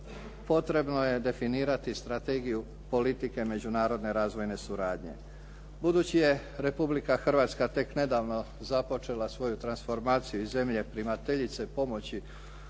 potrebno je definirati strategiju politike međunarodne razvojne suradnje. Budući je Republika Hrvatska tek nedavno započela svoju transformaciju iz i zemlje primateljice pomoći